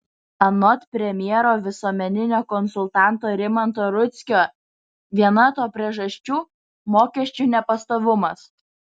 anot premjero visuomeninio konsultanto rimanto rudzkio viena to priežasčių mokesčių nepastovumas